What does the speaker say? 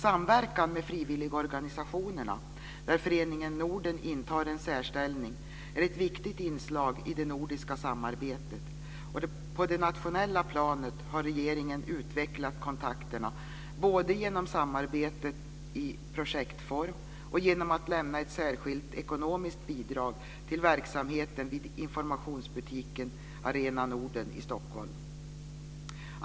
Samverkan mellan frivilligorganisationerna, där Föreningen Norden intar en särställning, är ett viktigt inslag i det nordiska samarbetet, och på det nationella planet har regeringen utvecklat kontakterna både genom samarbete i projektform och genom att lämna ett särskilt ekonomiskt bidrag till verksamheten vid informationsbutiken Arena Norden i Stockholm.